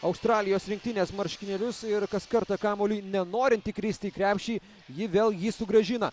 australijos rinktinės marškinėlius ir kas kartą kamuolį nenorinti kristi į krepšį ji vėl jį sugrąžina